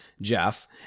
Jeff